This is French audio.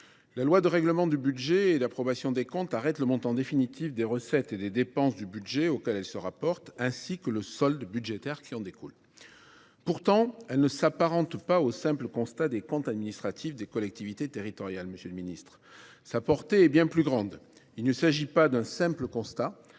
la loi de règlement du budget et d’approbation des comptes arrête le montant définitif des recettes et des dépenses du budget auquel elle se rapporte, ainsi que le solde budgétaire qui en découle. Pourtant, elle ne s’apparente pas au simple constat des comptes administratifs des collectivités territoriales, monsieur le ministre : sa portée est bien plus grande. Il ne s’agit pas d’un simple constat,